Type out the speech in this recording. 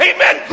Amen